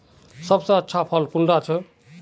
सबसे अच्छा फुल कुंडा छै?